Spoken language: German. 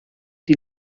die